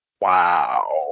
Wow